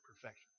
perfection